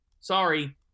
Sorry